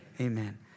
Amen